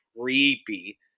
creepy